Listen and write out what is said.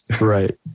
right